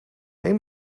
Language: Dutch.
een